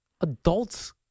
Adults